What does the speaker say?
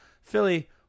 Philly